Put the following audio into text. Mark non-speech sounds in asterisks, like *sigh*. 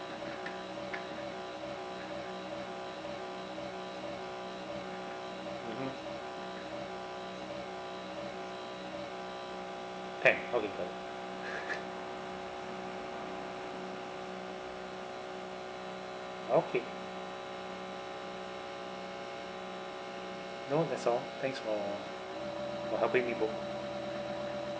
mmhmm ten *laughs* okay no that's all thanks for for helping me book